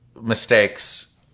mistakes